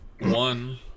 one